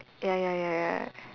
ya ya ya ya